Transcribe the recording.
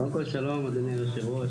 קודם כל שלום אדוני היושב-ראש,